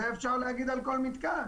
זה אפשר להגיד על כל מתקן.